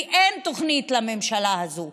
כי אין תוכנית לממשלה הזאת.